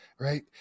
right